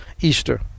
Easter